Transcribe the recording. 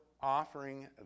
offering